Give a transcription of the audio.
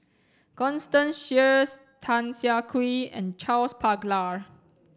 Constance Sheares Tan Siah Kwee and Charles Paglar